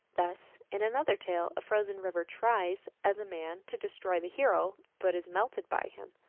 thus, in another tale, a frozen river tries, as a man, to destroy the hero, but is melted by him.